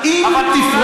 אבל אולי,